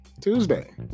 Tuesday